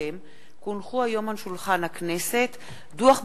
היום יום שלישי, כ"ג באדר ב'